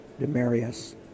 Demarius